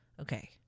Okay